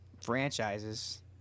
franchises